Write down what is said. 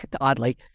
oddly